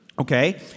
Okay